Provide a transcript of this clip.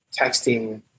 texting